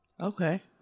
Okay